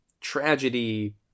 tragedy